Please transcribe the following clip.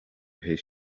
his